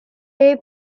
bay